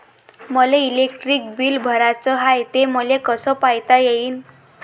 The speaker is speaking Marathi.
मले इलेक्ट्रिक बिल भराचं हाय, ते मले कस पायता येईन?